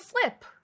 flip